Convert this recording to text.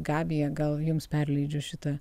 gabija gal jums perleidžiu šitą